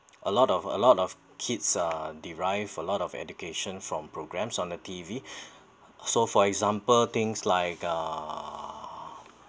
a lot of a lot of kids are derive a lot of education from programmes on the T_V so for example things like uh uh